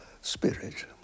spirit